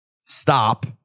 Stop